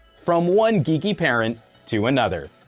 from one geeky parent to another.